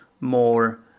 more